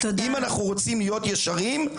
אם אנחנו רוצים להיות ישרים,